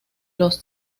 los